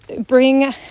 bring